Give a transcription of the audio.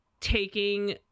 taking